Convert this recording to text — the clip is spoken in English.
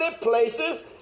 places